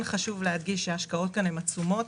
ההשקעות כאן הן עצומות.